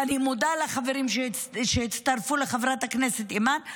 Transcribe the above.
ואני מודה לחברים שהצטרפו לחברת הכנסת אימאן,